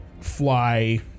fly